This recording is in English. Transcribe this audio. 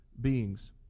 beings